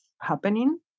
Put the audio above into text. happening